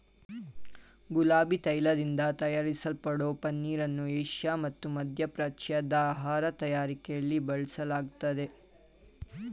ಗುಲಾಬಿ ತೈಲದಿಂದ ತಯಾರಿಸಲ್ಪಡೋ ಪನ್ನೀರನ್ನು ಏಷ್ಯಾ ಮತ್ತು ಮಧ್ಯಪ್ರಾಚ್ಯದ ಆಹಾರ ತಯಾರಿಕೆಲಿ ಬಳಸಲಾಗ್ತದೆ